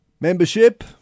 Membership